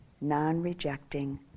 non-rejecting